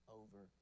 over